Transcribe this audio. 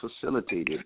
facilitated